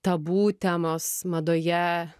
tabu temos madoje